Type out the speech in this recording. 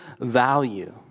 value